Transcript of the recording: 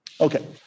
Okay